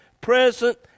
present